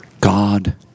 God